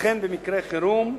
וכן במקרי חירום.